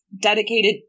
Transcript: dedicated